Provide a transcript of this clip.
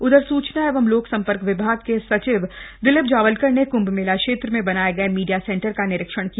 उधर सूचना एवं लोक सम्पर्क विभाग के सचिव दिलीप जावलकर ने कृंभ मेला क्षेत्र में बनाए गए मीडिया सेंटर का निरीक्षण किया